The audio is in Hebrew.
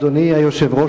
אדוני היושב-ראש,